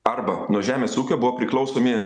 arba nuo žemės ūkio buvo priklausomi